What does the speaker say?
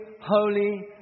holy